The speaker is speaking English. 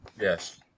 Yes